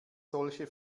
solche